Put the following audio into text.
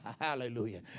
hallelujah